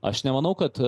aš nemanau kad